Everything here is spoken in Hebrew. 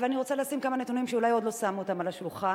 אבל אני רוצה לשים כמה נתונים שאולי עוד לא שמו אותם על השולחן,